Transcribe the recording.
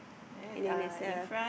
and then there's a